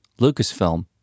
Lucasfilm